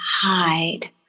hide